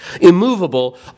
immovable